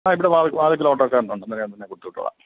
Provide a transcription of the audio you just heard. ആ ഇവിടെ വാതിൽക്കൽ ഓട്ടോക്കാരനുണ്ട് അന്നേരം ഞാൻ തന്നെ കൊടുത്തു വിട്ടോളം